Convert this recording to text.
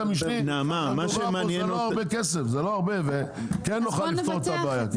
על מה שמדובר פה זה לא הרבה כסף ,וכן נוכל לפתור את הבעיה.